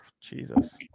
Jesus